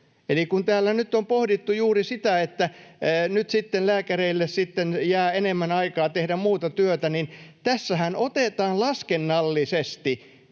Eli kun täällä nyt on pohdittu juuri sitä, että nyt sitten lääkäreille jää enemmän aikaa tehdä muuta työtä, niin tässähän otetaan laskennallisesti